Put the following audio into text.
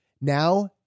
now